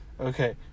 Okay